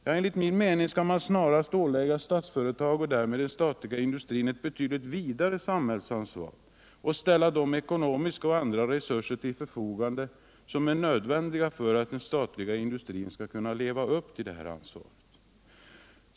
Ja, enligt min mening skall man snarast ålägga Statsföretag och därmed den statliga industrin ett betydligt vidare samhällsansvar och ställa de ekonomiska och andra resurser till förfogande, som är nödvändiga för att den statliga industrin skall kunna leva upp till detta ansvar.